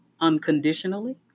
unconditionally